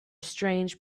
strange